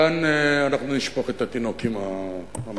כאן אנחנו נשפוך את התינוק עם מי האמבטיה,